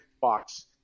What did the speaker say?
box